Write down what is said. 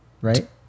right